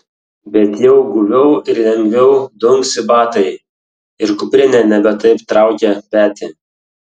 bet jau guviau ir lengviau dunksi batai ir kuprinė nebe taip traukia petį